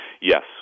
yes